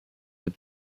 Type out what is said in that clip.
the